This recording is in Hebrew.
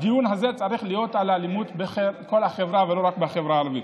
הדיון הזה צריך להיות על האלימות בכל החברה ולא רק בחברה הערבית.